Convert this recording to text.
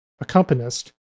accompanist